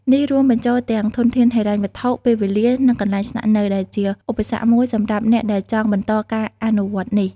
នេះរាប់បញ្ចូលទាំងធនធានហិរញ្ញវត្ថុ ពេលវេលា និងកន្លែងស្នាក់នៅ ដែលជាឧបសគ្គមួយសម្រាប់អ្នកដែលចង់បន្តការអនុវត្តន៍នេះ។